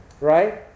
Right